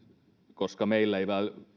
koska meillä ei